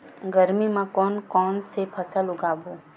गरमी मा कोन कौन से फसल उगाबोन?